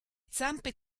zampe